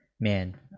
Man